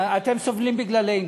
אתם סובלים בגללנו,